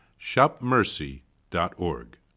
shopmercy.org